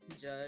judge